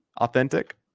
authentic